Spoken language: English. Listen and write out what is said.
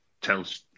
tells